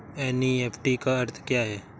NEFT का अर्थ क्या है?